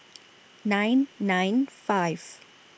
nine nine five